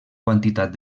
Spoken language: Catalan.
quantitat